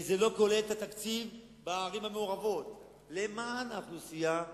וזה לא כולל את התקציב בערים המעורבות למען האוכלוסייה הערבית.